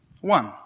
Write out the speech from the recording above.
One